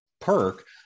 perk